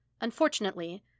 Unfortunately